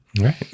Right